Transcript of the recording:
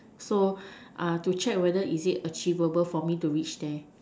so uh to check whether is it achievable for me to reach there